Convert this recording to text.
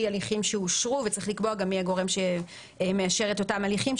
הליכים שאושרו וצריך לקבוע גם מי הגורם שמאשר את אותם הליכים,